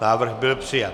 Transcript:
Návrh byl přijat.